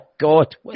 God